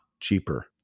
Cheaper